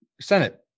Senate